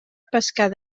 pescar